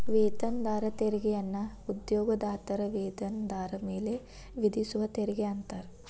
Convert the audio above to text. ವೇತನದಾರ ತೆರಿಗೆಯನ್ನ ಉದ್ಯೋಗದಾತರ ವೇತನದಾರ ಮೇಲೆ ವಿಧಿಸುವ ತೆರಿಗೆ ಅಂತಾರ